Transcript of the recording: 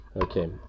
Okay